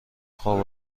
خواب